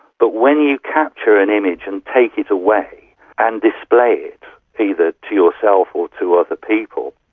but when you capture an image and take it away and display it, either to yourself or to other people,